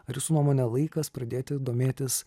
ar jūsų nuomone laikas pradėti domėtis